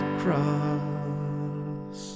cross